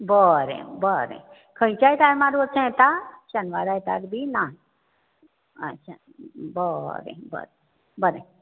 बरें बरें खंयच्याय टायमार वचूं येता शेनवार आयतार बी ना अच्छा बरें बरें बरें